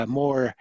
more